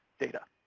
data.